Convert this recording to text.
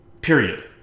Period